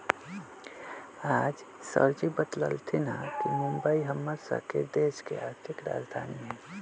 आज सरजी बतलथिन ह कि मुंबई हम्मर स के देश के आर्थिक राजधानी हई